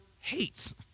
hates